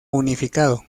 unificado